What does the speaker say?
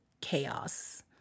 chaos